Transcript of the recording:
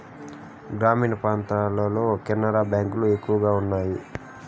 గ్రామీణ ప్రాంతాల్లో కెనరా బ్యాంక్ లు ఎక్కువ ఉన్నాయి